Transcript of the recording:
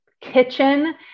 kitchen